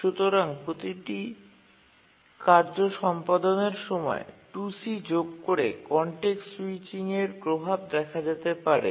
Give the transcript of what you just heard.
সুতরাং প্রতিটি প্রতিটি কার্য সম্পাদনের সময় 2c যোগ করে কনটেক্সট স্যুইচিংয়ের প্রভাব দেখা যেতে পারে